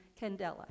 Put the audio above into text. candela